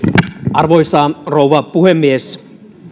arvoisa rouva puhemies